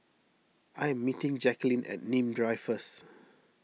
I am meeting Jacqueline at Nim Drive first